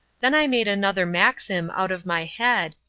then i made another maxim out of my head,